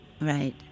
Right